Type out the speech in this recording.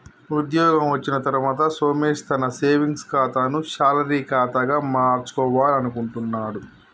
ఉద్యోగం వచ్చిన తర్వాత సోమేష్ తన సేవింగ్స్ ఖాతాను శాలరీ ఖాతాగా మార్చుకోవాలనుకుంటున్నడు